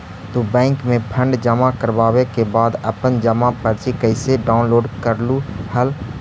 तू बैंक में फंड जमा करवावे के बाद अपन जमा पर्ची कैसे डाउनलोड करलू हल